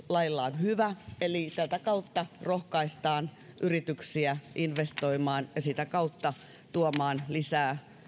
lailla on hyvä tarkoitus eli tätä kautta rohkaistaan yrityksiä investoimaan ja sitä kautta tuomaan lisää